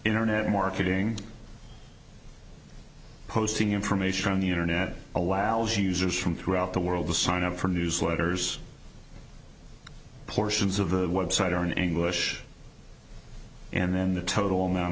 internet marketing posting information on the internet allows users from throughout the world to sign up for newsletters portions of the website are in english and then the total amount